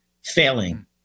failing